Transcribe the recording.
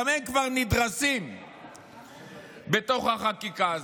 גם הם כבר נדרסים בתוך החקיקה הזאת.